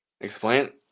Explain